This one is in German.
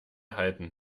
halten